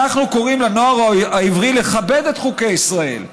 "אנחנו קוראים לנוער העברי לכבד את חוקי ישראל,